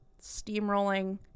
steamrolling